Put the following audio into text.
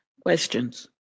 Questions